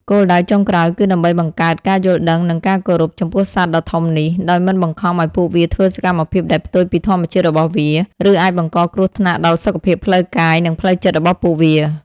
គោលដៅចុងក្រោយគឺដើម្បីបង្កើត ការយល់ដឹង និង ការគោរព ចំពោះសត្វដ៏ធំនេះ ដោយមិនបង្ខំឲ្យពួកវាធ្វើសកម្មភាពដែលផ្ទុយពីធម្មជាតិរបស់វា ឬអាចបង្កគ្រោះថ្នាក់ដល់សុខភាពផ្លូវកាយ និងផ្លូវចិត្តរបស់ពួកវា។